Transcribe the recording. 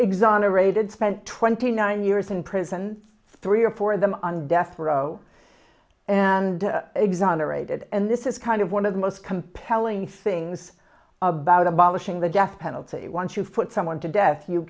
exonerated spent twenty nine years in prison three or four of them on death row and exonerated and this is kind of one of the most compelling things about abolishing the death penalty once you put someone to death you